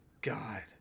God